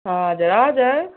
हजुर हजुर